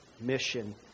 mission